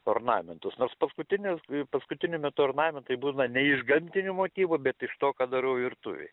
ornamentus nors paskutiniu paskutiniu metu ornamentai būna ne iš gamtinių motyvų bet iš to ką darau virtuvėj